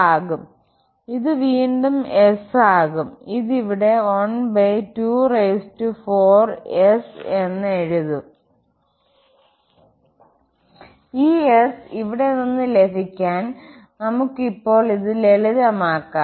ആകുംഇത് വീണ്ടും S ആകും ഇത് ഇവിടെ 124S എന്ന് എഴുതും ഈ S ഇവിടെ നിന്ന് ലഭിക്കാൻ നമുക്ക് ഇപ്പോൾ ഇത് ലളിതമാക്കാം